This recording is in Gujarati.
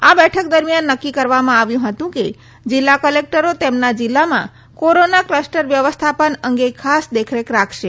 આ બેઠક દરમિયાન નકકી કરવામાં આવ્યું હતું કે જીલ્લા કલેકટરો તેમના જીલ્લામાં કોરોના કલસ્ટર વ્યવસ્થાપન અંગે ખાસ દેખરેખ રાખશે